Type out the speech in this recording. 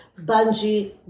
bungee